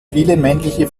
männliche